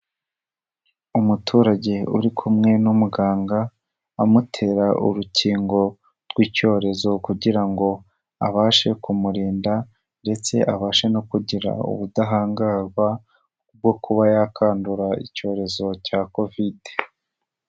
Umuturage uri kumwe n'umuganga, amutera urukingo rw'icyorezo kugira ngo abashe kumurinda ndetse abashe no kugira ubudahangarwa bwo kuba yakandura icyorezo cya covide.